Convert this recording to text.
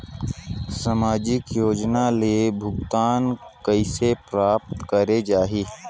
समाजिक योजना ले भुगतान कइसे प्राप्त करे जाहि?